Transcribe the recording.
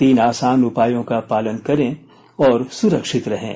तीन आसान उपायों का पालन करें और सुरक्षित रहें